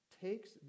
takes